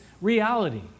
reality